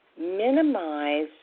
minimize